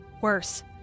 worse